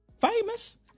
Famous